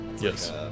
Yes